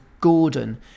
Gordon